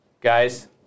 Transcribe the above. Guys